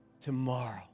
tomorrow